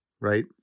right